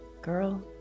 Girl